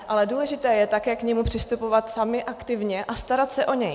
Ale důležité je také k němu přistupovat sami aktivně a starat se o něj.